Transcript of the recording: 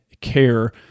care